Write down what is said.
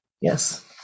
yes